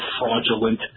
fraudulent